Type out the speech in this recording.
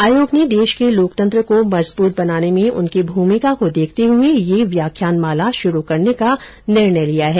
आयोग ने देश के लोकतंत्र को मजबूत बनाने में उनकी भूमिका को देखते हुए यह व्याख्यान माला शुरू करने का निर्णय लिया है